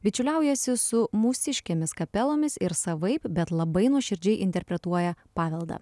bičiuliaujasi su mūsiškėmis kapelomis ir savaip bet labai nuoširdžiai interpretuoja paveldą